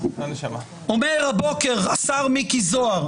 אומר הבוקר השר מיקי זוהר,